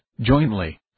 jointly